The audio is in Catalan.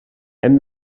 hem